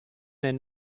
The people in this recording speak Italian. nel